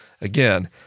Again